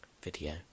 video